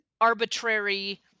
arbitrary